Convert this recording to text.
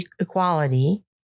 equality